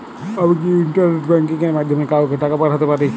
আমি কি internet banking এর মাধ্যমে কাওকে টাকা পাঠাতে পারি?